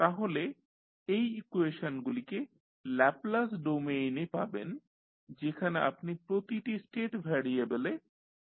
তাহলে এই ইকুয়েশনগুলিকে ল্যাপলাস ডোমেইনে পাবেন যেখানে আপনি প্রতিটি স্টেট ভ্যারিয়েবলে প্রাথমিক শর্ত পাবেন